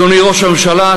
אדוני ראש הממשלה,